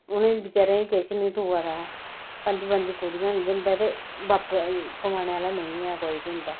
उ'नें बचैरें गी किश निं थ्होआ दा ऐ पंज पंज कुड़ियां न जिंदे ते बब्ब कमाने आह्ला निं ऐ कोई उं'दे